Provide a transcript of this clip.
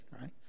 right